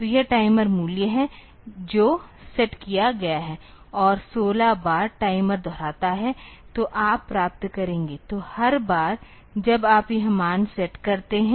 तो यह टाइमर मूल्य है जो सेट किया गया है और 16 बार टाइमर दोहराता है तो आप प्राप्त करेंगे तो हर बार जब आप यह मान सेट करते हैं